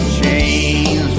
chains